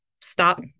stop